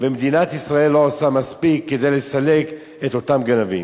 ומדינת ישראל לא עושה מספיק כדי לסלק את אותם גנבים.